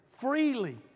freely